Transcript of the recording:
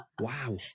Wow